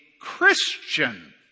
Christian